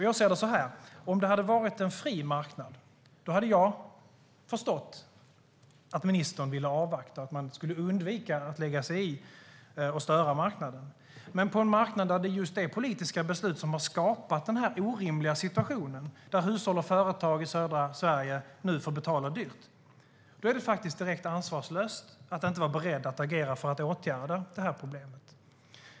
Jag ser det så här: Om det hade varit en fri marknad hade jag förstått att ministern vill avvakta och undvika att lägga sig i och störa marknaden, men på en marknad där det är just politiska beslut som har skapat en orimlig situation där hushåll och företag i södra Sverige nu får betala dyrt är det direkt ansvarslöst att inte vara beredd att agera för att åtgärda problemet.